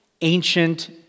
ancient